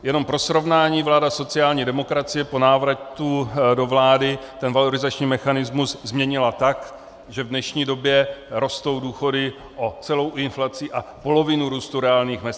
Jenom pro srovnání, vláda sociální demokracie po návratu do vlády valorizační mechanismus změnila tak, že v dnešní době rostou důchody o celou inflaci a polovinu růstu reálných mezd.